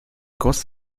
goss